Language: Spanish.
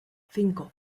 cinco